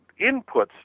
inputs